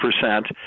percent